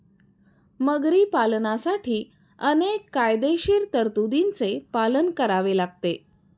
मगरी पालनासाठी अनेक कायदेशीर तरतुदींचे पालन करावे लागते